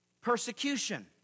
persecution